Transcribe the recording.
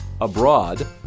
abroad